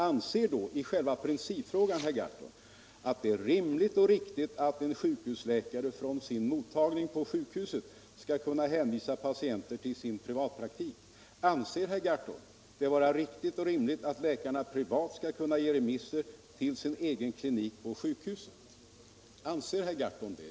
Anser då herr Gahrton i själva principfrågan att det är rimligt och riktigt att en sjukhusläkare från sin mottagning på sjukhuset skall kunna hänvisa patienter till sin privatpraktik, och tycker herr Gahrton att det är riktigt och rimligt att en läkare privat skall kunna ge remisser till sin egen klinik på sjukhuset?